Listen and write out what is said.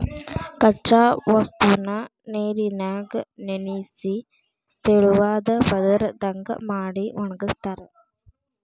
ಕಚ್ಚಾ ವಸ್ತುನ ನೇರಿನ್ಯಾಗ ನೆನಿಸಿ ತೆಳುವಾದ ಪದರದಂಗ ಮಾಡಿ ಒಣಗಸ್ತಾರ